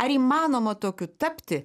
ar įmanoma tokiu tapti